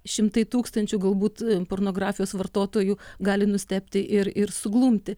šimtai tūkstančių galbūt pornografijos vartotojų gali nustebti ir ir suglumti